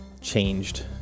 changed